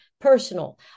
personal